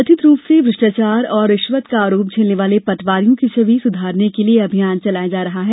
कथित रूप से भ्रष्टाचार और रिष्वत का आरोप झेलने वाले पटवारियों की छवि सुधारने के लिए यह अभियान चलाया जा रहा है